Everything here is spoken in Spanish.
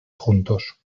juntos